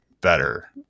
better